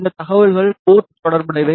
இந்த தகவல்கள் போர்ட் தொடர்புடையவை